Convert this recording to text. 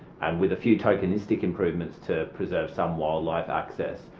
and with a few tokenistic improvements to preserve some wildlife access,